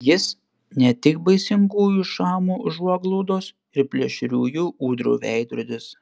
jis ne tik baisingųjų šamų užuoglaudos ir plėšriųjų ūdrų veidrodis